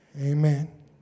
amen